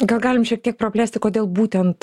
gal galim šiek tiek praplėsti kodėl būtent